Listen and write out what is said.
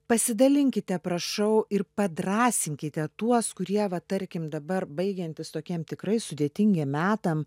pasidalinkite prašau ir padrąsinkite tuos kurie va tarkim dabar baigiantis tokiem tikrai sudėtingiem metam